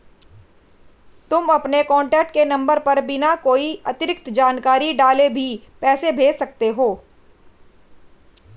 तुम अपने कॉन्टैक्ट के नंबर पर बिना कोई अतिरिक्त जानकारी डाले भी पैसे भेज सकते हो